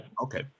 Okay